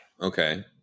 Okay